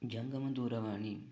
जङ्गमदूरवाणी